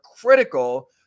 critical